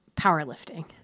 powerlifting